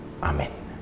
Amen